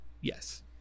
yes